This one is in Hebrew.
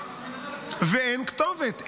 ואין כתובת.